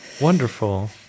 Wonderful